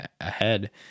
ahead